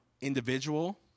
individual